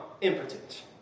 impotent